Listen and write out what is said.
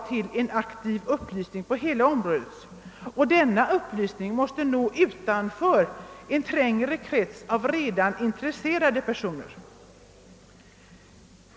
Det måste ske en aktiv upplysning på hela detta område som når utanför en trängre krets av redan intresserade personer.